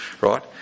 right